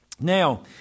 Now